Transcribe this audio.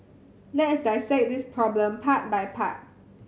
let us dissect this problem part by part